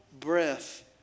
Breath